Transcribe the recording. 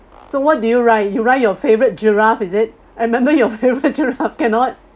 so what do you ride you ride your favourite giraffe is it I remember your favourite giraffe cannot